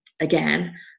again